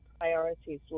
priorities